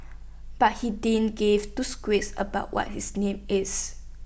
but he didn't give two squirts about what his name is